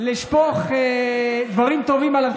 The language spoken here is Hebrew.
לשפוך דברים טובים עליו.